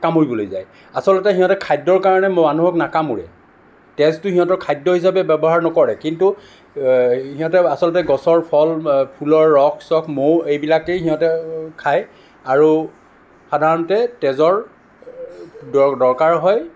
কামুৰিবলৈ যায় আচলতে সিহঁতে খাদ্য়ৰ কাৰণে মানুহক নাকামোৰে তেজটো সিহঁতৰ খাদ্য় হিচাপে ব্য়ৱহাৰ নকৰে কিন্তু সিহঁতে আচলতে গছৰ ফল ফুলৰ ৰস চস মৌ এইবিলাকেই সিহঁতে খায় আৰু সাধাৰণতে তেজৰ দৰকাৰ হয়